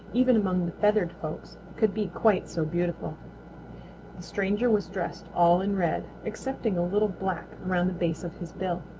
even among the feathered folks, could be quite so beautiful. the stranger was dressed all in red, excepting a little black around the base of his bill.